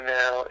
now